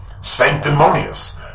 sanctimonious